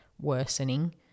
worsening